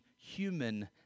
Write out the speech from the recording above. human